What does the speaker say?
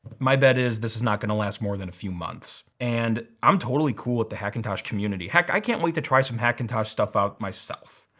my bet is this is not gonna last more than a few months. and i'm totally cool with the hackintosh community. heck i can't wait to try some hackintosh stuff out myself.